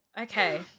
Okay